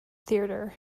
theatre